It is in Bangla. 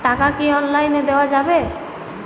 টাকা কি অনলাইনে দেওয়া যাবে?